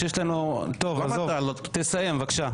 תסיים, בבקשה.